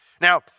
Now